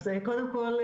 קודם כול,